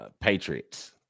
Patriots